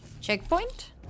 checkpoint